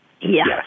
yes